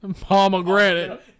pomegranate